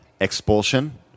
expulsion